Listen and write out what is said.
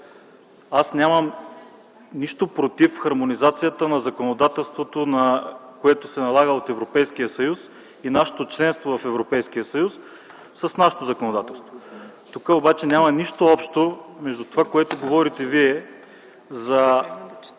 Аз нямам нищо против хармонизацията на законодателството, което се налага от Европейския съюз и нашето членство в Европейския съюз с нашето законодателство. Тук обаче няма нищо общо между това, което говорите Вие за